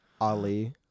Ali